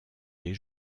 des